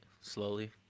slowly